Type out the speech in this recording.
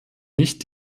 nicht